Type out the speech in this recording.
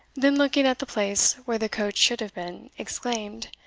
then looking at the place where the coach should have been, exclaimed,